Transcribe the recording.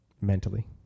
mentally